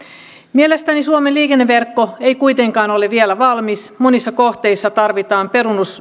mielestäni suomen liikenneverkko ei kuitenkaan ole vielä valmis monissa kohteissa tarvitaan